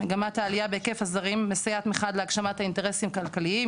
מגמת העלייה בהיקף הזרים מסייעת מחד להגשמת אינטרסים כלכליים,